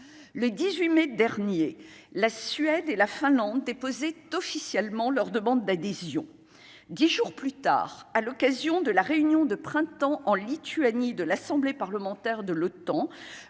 le 18 mai dernier, la Suède et la Finlande déposer officiellement leur demande d'adhésion, 10 jours plus tard, à l'occasion de la réunion de printemps en Lituanie, de l'Assemblée parlementaire de l'OTAN,